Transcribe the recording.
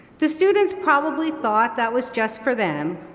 the students probably thought that was just for them,